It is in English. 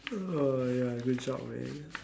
oh ya good job man